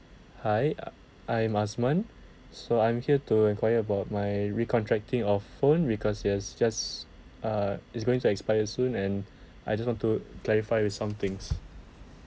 hi I'm azman so I'm here to enquire about my recontracting of phone because it has just uh it's going to expire soon and I just want to clarify with some things